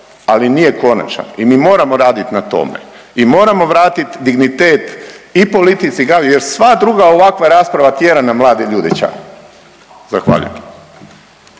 ali nije konačan i mi moramo raditi na tome. Mi moramo vratiti dignitet i politici i gradu, jer sva druga ovakva rasprava tjera nam mlade ljude ča. Zahvaljujem.